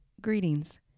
Greetings